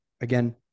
again